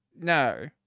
No